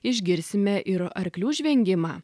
išgirsime ir arklių žvengimą